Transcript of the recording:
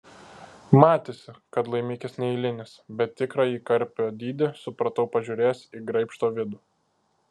matėsi kad laimikis neeilinis bet tikrąjį karpio dydį supratau pažiūrėjęs į graibšto vidų